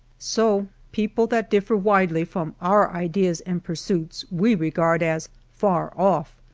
so people that differ widely from our ideas and pursuits we regard as far off',